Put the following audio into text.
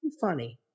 funny